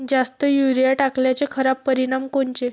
जास्त युरीया टाकल्याचे खराब परिनाम कोनचे?